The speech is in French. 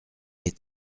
est